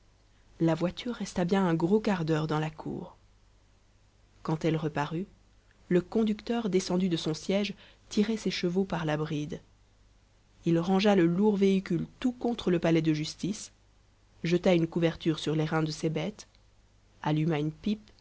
la voiture resta bien un gros quart d'heure dans la cour quand elle reparut le conducteur descendu de son siège tirait ses chevaux par la bride il rangea le lourd véhicule tout contre le palais de justice jeta une couverte sur les reins de ses bêtes alluma une pipe